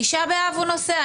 תשעה באב הוא נוסע.